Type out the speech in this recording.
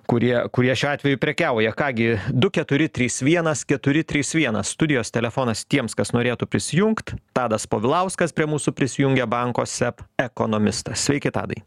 kurie kurie šiuo atveju prekiauja ką gi du keturi trys vienas keturi trys vienas studijos telefonas tiems kas norėtų prisijungt tadas povilauskas prie mūsų prisijungia banko seb ekonomistas sveiki tadai